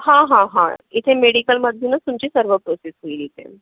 हो हो हो इथे मेडिकलमधूनच तुमची सर्व प्रोसेस होईल इथे